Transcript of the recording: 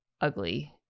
ugly